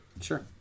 Sure